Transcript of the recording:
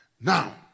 Now